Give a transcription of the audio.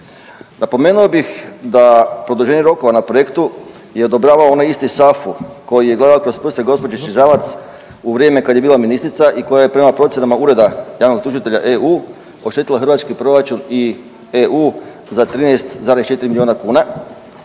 Napomenuo bih da produženje rokova na projektu je odobrava onaj isti SAFU koji je gledao kroz prste gospođi Žalac u vrijeme kad je bila ministrica i koja je prema procjenama Ureda javnog tužitelja EU oštetila hrvatski proračun i EU za 13,4 milijuna kuna,